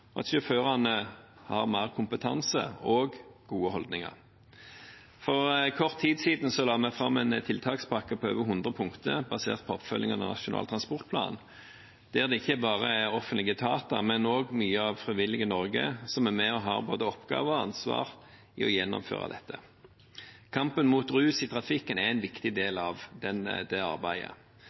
at sjåførene har mer kompetanse og gode holdninger. For kort tid siden la vi fram en tiltakspakke på over hundre punkter, basert på oppfølgingen av Nasjonal transportplan, der det ikke bare er offentlige etater, men også mye av det frivillige Norge som er med og har både oppgaver med og ansvar for å gjennomføre dette. Kampen mot rus i trafikken er en viktig del av det arbeidet.